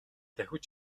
давхиж